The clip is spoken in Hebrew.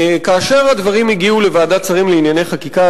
כאשר הדברים הגיעו לוועדת שרים לענייני חקיקה,